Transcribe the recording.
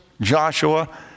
Joshua